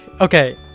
okay